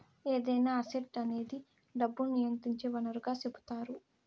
ఏదైనా అసెట్ అనేది డబ్బును నియంత్రించే వనరుగా సెపుతారు